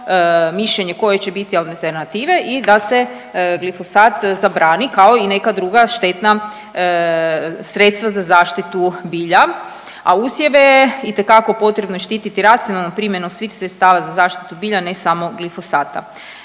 mišljenje koje će biti alternative i da se glifosat zabrani kao i neka druga štetna sredstva za zaštitu bilja. A usjeve je itekako potrebno štiti racionalnom primjenom svih sredstava za zaštitu bilja ne samo glifosata.